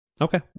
Okay